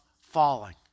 falling